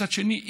מצד שני,